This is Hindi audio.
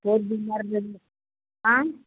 हाएँ